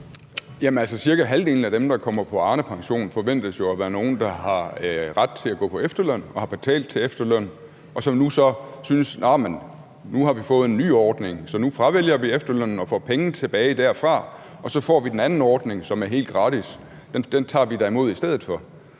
Jamen altså, cirka halvdelen af dem, der kommer på Arnepension, forventes jo at være nogle, der har ret til at gå på efterløn og har betalt til efterløn, og som så synes, at nu har de fået en ny ordning, så nu fravælger de efterlønnen og får pengene tilbage derfra, og så får de den anden ordning, som er helt gratis; den tager de da imod i stedet for.